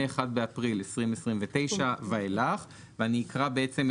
בוקר טוב, אני פותח את ישיבת ועדת הכלכלה.